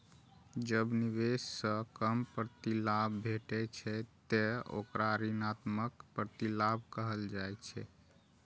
जब निवेश सं कम प्रतिलाभ भेटै छै, ते ओकरा ऋणात्मक प्रतिलाभ कहल जाइ छै